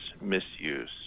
misuse